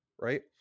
right